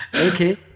Okay